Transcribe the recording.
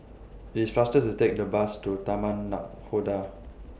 IT IS faster to Take The Bus to Taman Nakhoda